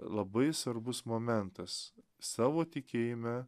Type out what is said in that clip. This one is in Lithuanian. labai svarbus momentas savo tikėjime